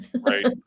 Right